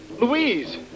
Louise